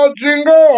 jingle